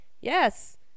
yes